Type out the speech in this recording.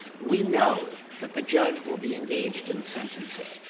we know that the judge will be engaged in sentencing.